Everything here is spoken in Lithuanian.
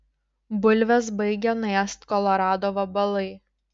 bulves baigia nuėst kolorado vabalai